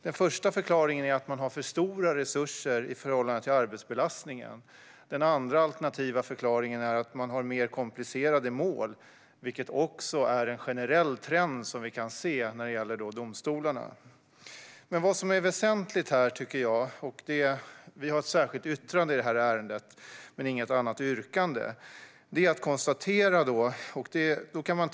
Den första förklaringen är att man har för stora resurser i förhållande till arbetsbelastningen. Den alternativa förklaringen är att man har mer komplicerade mål, vilket också är en generell trend som vi kan se när det gäller domstolarna. Vi har ett särskilt yttrande i detta ärende men inget annat yrkande.